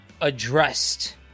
addressed